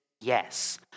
Yes